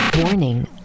Warning